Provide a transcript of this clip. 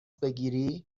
بگیری